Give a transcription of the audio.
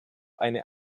eine